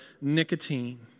nicotine